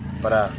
para